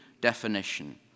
definition